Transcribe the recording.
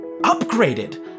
upgraded